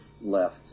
left